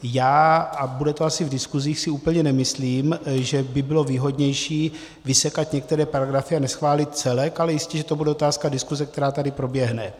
Já a bude to asi v diskuzích si úplně nemyslím, že by bylo výhodnější vysekat některé paragrafy a neschválit celek, ale jistěže to bude otázka diskuze, která tady proběhne.